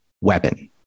weapon